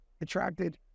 attracted